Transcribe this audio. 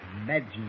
Imagine